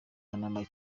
panama